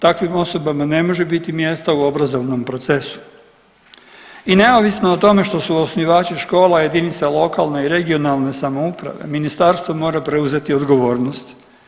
Takvim osobama ne može biti mjesta u obrazovnom procesu i neovisno o tome što su osnivači škola i jedinica lokalne i regionalne samouprave, ministarstvo mora preuzeti odgovornost.